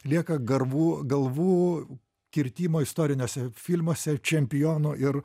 lieka garvų galvų kirtimo istoriniuose filmuose čempionu ir